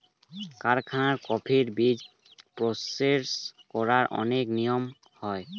কারখানায় কফির বীজ প্রসেস করার অনেক নিয়ম হয়